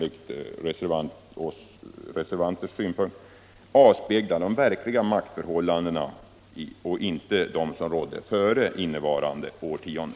Vi reservanter anser att en aktiebolagslag bör avspegla de verkliga maktförhållandena och inte de som rådde före innevarande årtionde.